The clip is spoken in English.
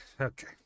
okay